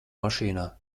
mašīnā